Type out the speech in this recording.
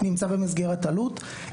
נמצא במסגרת אלו"ט.